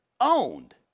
owned